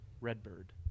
Redbird